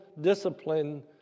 discipline